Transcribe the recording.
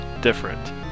different